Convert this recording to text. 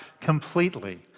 completely